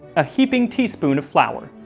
a heaping tablespoon of flour,